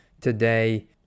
today